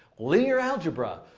linear algebra,